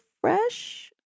fresh